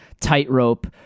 tightrope